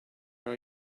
are